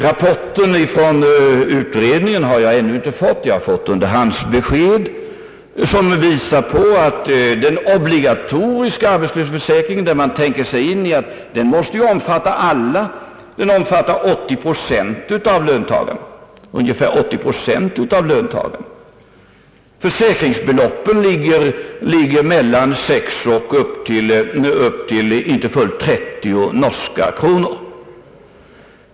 Jag har ännu inte fått rapporten från utredningen, men jag har fått underhandsbesked som visar att den obligatoriska arbetslöshetsförsäkringen, som i princip skall omfatta alla, omfattar ungefär 80 procent av löntagarna. Försäkringsbeloppen ligger mellan 6 och inte fullt 30 norska kronor.